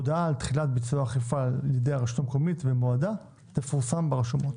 הודעה על תחילת ביצוע האכיפה לידי הרשות המקומית ומועדה תפורסם ברשומות,